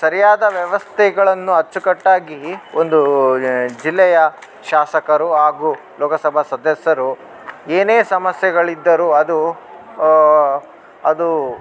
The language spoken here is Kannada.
ಸರಿಯಾದ ವ್ಯವಸ್ಥೆಗಳನ್ನು ಅಚ್ಚುಕಟ್ಟಾಗಿ ಒಂದು ಜಿಲ್ಲೆಯ ಶಾಸಕರು ಹಾಗೂ ಲೋಕಸಭಾ ಸದಸ್ಯರು ಏನೇ ಸಮಸ್ಯೆಗಳಿದ್ದರೂ ಅದು ಅದು